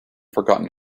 forgotten